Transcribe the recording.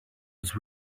was